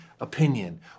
opinion